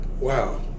Wow